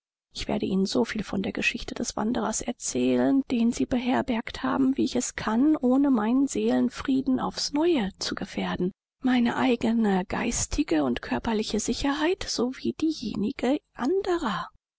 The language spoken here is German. ich werde ihnen so viel von der geschichte des wanderers erzählen den sie beherbergt haben wie ich es kann ohne meinen seelenfrieden aufs neue zu gefährden meine eigene geistige und körperliche sicherheit so wie diejenige anderer